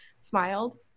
smiled